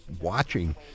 watching